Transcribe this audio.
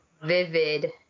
vivid